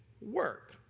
work